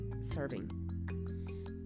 serving